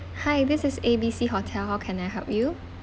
hi this is A B C hotel how can I help you